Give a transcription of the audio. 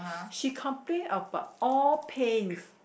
she complained about all paints